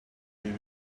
leave